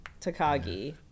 Takagi